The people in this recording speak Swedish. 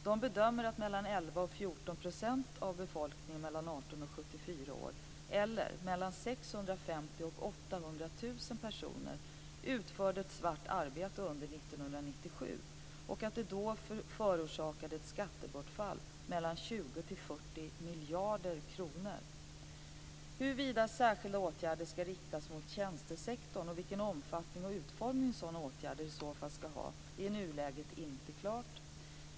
De bedömer att 650 000-800 000 personer, har utfört ett svart arbete under 1997 och att det då förorsakade ett skattebortfall på 20-40 miljarder kronor. Huruvida särskilda åtgärder ska riktas mot tjänstesektorn och vilken omfattning och utformning sådana åtgärder i så fall ska ha är i nuläget inte klart.